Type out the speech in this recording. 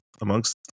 amongst